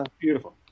Beautiful